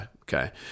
okay